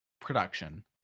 production